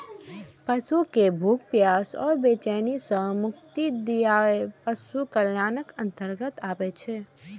पशु कें भूख, प्यास आ बेचैनी सं मुक्ति दियाएब पशु कल्याणक अंतर्गत आबै छै